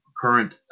current